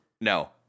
No